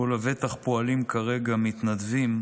ובו לבטח פועלים כרגע מתנדבים